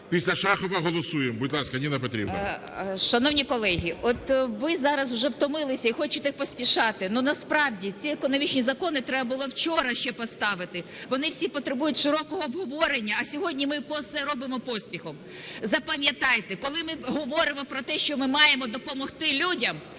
Після Шахова голосуємо. Будь ласка, Ніна Петрівна. 12:27:56 ЮЖАНІНА Н.П. Шановні колеги, от ви зараз вже втомилися і хочете поспішати. Насправді ці економічні закони треба було вчора ще поставити, вони всі потребують широкого обговорення, а сьогодні ми все робимо поспіхом. Запам'ятайте, коли ми говоримо про те, що ми маємо допомогти людям,